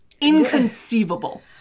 Inconceivable